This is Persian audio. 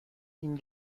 این